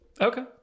okay